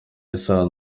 isano